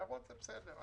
הערות זה בסדר.